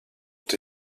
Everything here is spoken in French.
ont